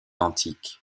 antique